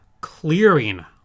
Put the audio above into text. clearing